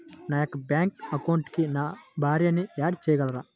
నా యొక్క బ్యాంక్ అకౌంట్కి నా భార్యని యాడ్ చేయగలరా?